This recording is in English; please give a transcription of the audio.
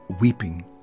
weeping